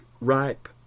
ripe